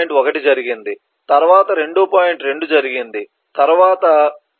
1 జరిగింది తరువాత 2